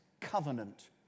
covenant